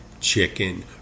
chicken